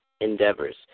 endeavors